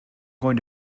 going